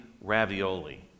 ravioli